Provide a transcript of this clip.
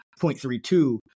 0.32